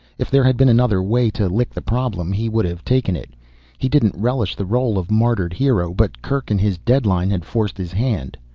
if there had been another way to lick the problem, he would have taken it he didn't relish the role of martyred hero. but kerk and his deadline had forced his hand.